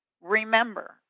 remember